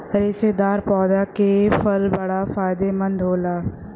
रेशेदार पौधा के फल बड़ा फायदेमंद होला